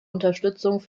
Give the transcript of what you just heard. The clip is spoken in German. unterstützung